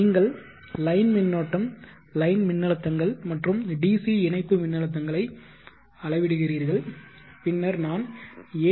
நீங்கள் line மின்னோட்டம் line மின்னழுத்தங்கள் மற்றும் டிசி இணைப்பு மின்னழுத்தங்களை அளவிடுகிறீர்கள் பின்னர் நான் ஏ